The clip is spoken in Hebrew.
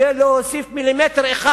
זה לא הוסיף מילימטר אחד